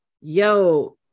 yo